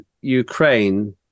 Ukraine